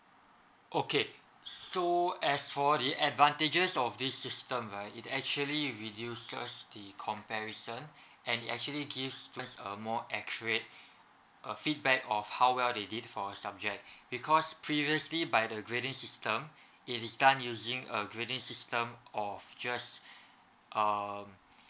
okay so as for the advantages of this system right it actually reduces the comparison and it actually gives us a more accurate uh feedback of how well they did for a subject because previously by the grading system it is done using a grading system of just um